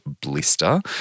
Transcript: blister